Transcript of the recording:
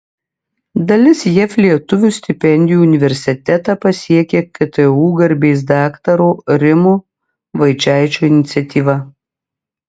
dalis jav lietuvių stipendijų universitetą pasiekia ktu garbės daktaro rimo vaičaičio iniciatyva